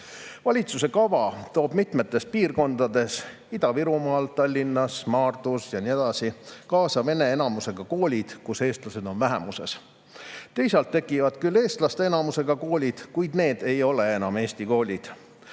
Valitsuse kava toob mitmetes piirkondades – Ida-Virumaal, Tallinnas, Maardus ja nii edasi – kaasa vene enamusega koolid, kus eestlased on vähemuses. Teisalt tekivad küll ka eestlaste enamusega koolid, kuid need ei ole enam eesti koolid.